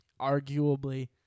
arguably